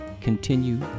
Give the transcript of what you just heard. continue